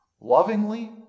lovingly